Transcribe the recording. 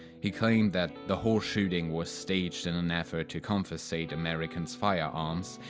he claimed that the whole shooting was staged in an effort to confiscate american's firearms,